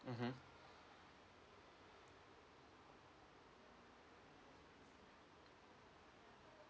mmhmm